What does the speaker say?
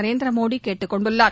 நரேந்திர மோதி கேட்டுக் கொண்டுள்ளார்